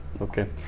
okay